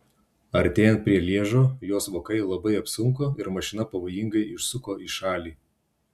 artėjant prie lježo jos vokai labai apsunko ir mašina pavojingai išsuko į šalį